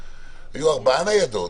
היו ארבע ניידות